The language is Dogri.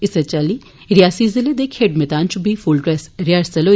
इस्सै चाल्ली रियासी जिले दे खेड्ड मैदान च बी फूल ड्रेस रिहर्सल होई